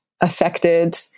affected